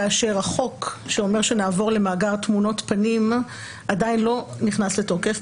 כאשר החוק שאומר שנעבור למאגר תמונות פנים עדיין לא נכנס לתוקף,